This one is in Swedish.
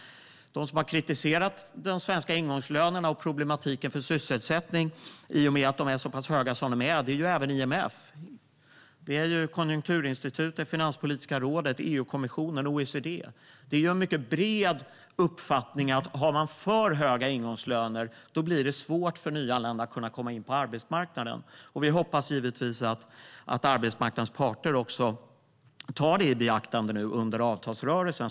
De som har kritiserat de svenska ingångslönerna och problematiken för sysselsättning i och med att de är så pass höga är även IMF, Konjunkturinstitutet, Finanspolitiska rådet, EU-kommissionen och OECD. Det är en mycket bred uppfattning att om man har för höga ingångslöner blir det svårt för nyanlända att kunna komma in på arbetsmarknaden. Vi hoppas givetvis att arbetsmarknadens parter tar det i beaktande under avtalsrörelsen.